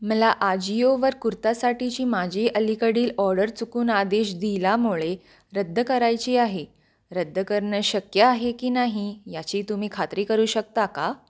मला आजिओवर कुर्तासाठीची माझी अलीकडील ऑर्डर चुकून आदेश दिल्यामुळे रद्द करायची आहे रद्द करणं शक्य आहे की नाही याची तुम्ही खात्री करू शकता का